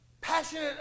passionate